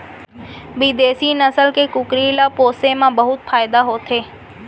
बिदेसी नसल के कुकरी ल पोसे म बहुत फायदा होथे